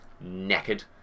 naked